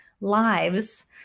Lives